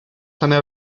hanner